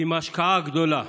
עם ההשקעה הגדולה,